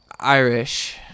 irish